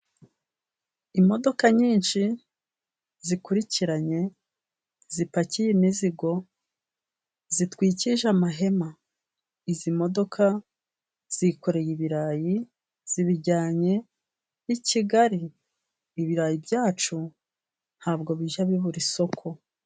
Imodoka nyinshi zikurikiranye zipakiye imizigo, zitwikirije amahema. Izi modoka zikoreye ibirayi zibijyanye i Kigali, ibirayi byacu ntabwo bijya bibura isoko.